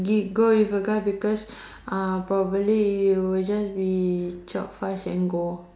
g~ go with a guy because uh probably you will just be chop fast and go